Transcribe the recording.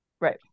Right